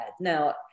Now